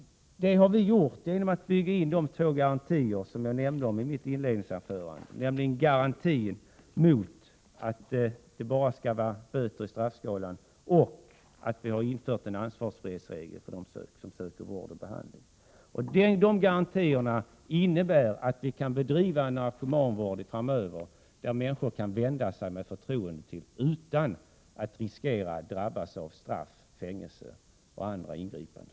Det har vi sett till genom att bygga in de två garantier som jag nämnde i mitt inledningsanförande, nämligen att det bara skall vara böter i straffskalan och införandet av en ansvarsfrihetsregel för dem som söker vård och behandling. De garantierna innebär att vi kan bedriva en narkomanvård framöver, som människor kan vända sig med förtroende till utan att riskera att drabbas av fängelsestraff och andra ingripanden.